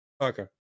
Okay